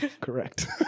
correct